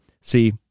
see